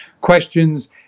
questions